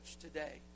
today